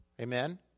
Amen